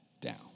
down